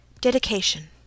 Dedication